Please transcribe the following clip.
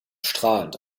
strahlend